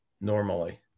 normally